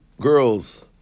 girls